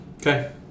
Okay